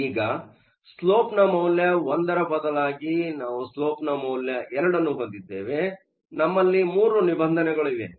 ಆದ್ದರಿಂದ ಈಗ ಸ್ಲೋಪ್ನ ಮೌಲ್ಯ 1 ರ ಬದಲಾಗಿ ನಾವು ಸ್ಲೋಪ್ನ ಮೌಲ್ಯ 2 ನ್ನು ಹೊಂದಿದ್ದೇವೆ ನಮ್ಮಲ್ಲಿ 3 ನಿಬಂಧನೆಗಳು ಇವೆ